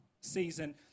season